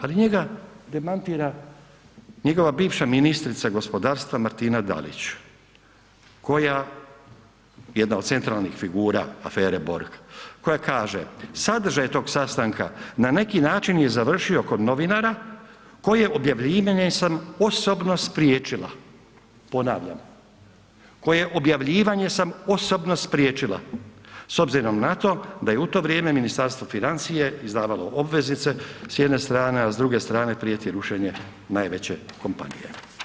Ali njega demantira njegova bivša ministrica gospodarstva Martina Dalić koja, jedna od centralnih figura afere Borg, koja kaže: „Sadržaj tog sastanka na neki način je završio kod novinara koje objavljivanje sam osobno spriječila“, ponavljam koje objavljivanje sam osobno spriječila, s obzirom na to da je u to vrijeme Ministarstvo financija izdavalo obveznice s jedne strane, a s druge strane prijeti rušenje najveće kompanije.